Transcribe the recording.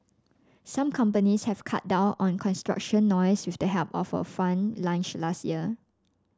some companies have cut down on construction noise with the help of a fund launched last year